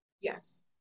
Yes